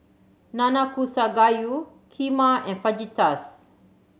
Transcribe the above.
Nanakusa Gayu Kheema and Fajitas